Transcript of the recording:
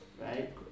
right